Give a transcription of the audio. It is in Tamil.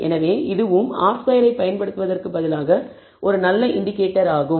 எனவே இதுவும் R2 பயன்படுத்துவதற்குப் பதிலாக ஒரு நல்ல இண்டிகேட்டர் ஆகும்